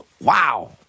wow